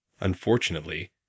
Unfortunately